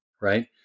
right